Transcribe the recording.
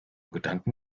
gedanken